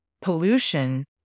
pollution